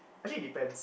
actually depends